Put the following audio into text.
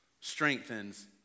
strengthens